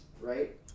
right